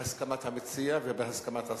בהסכמת המציע ובהסכמת השר.